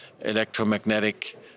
electromagnetic